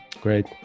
Great